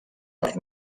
per